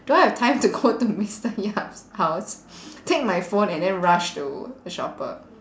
do I have time to go to mister yap's house take my phone and then rush to the shopper